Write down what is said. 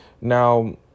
now